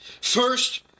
First